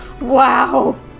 Wow